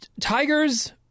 Tigers